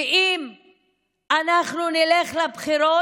ואם אנחנו נלך לבחירות,